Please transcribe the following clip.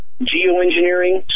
geoengineering